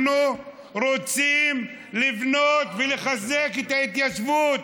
אנחנו רוצים לבנות ולחזק את ההתיישבות.